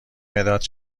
مداد